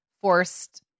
forced